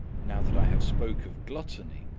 now that i have spoke of gluttony,